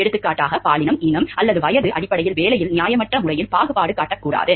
எடுத்துக்காட்டாக பாலினம் இனம் அல்லது வயது அடிப்படையில் வேலையில் நியாயமற்ற முறையில் பாகுபாடு காட்டக் கூடாது